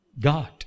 God